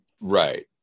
Right